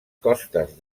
costes